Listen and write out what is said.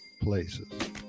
places